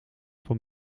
van